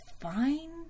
fine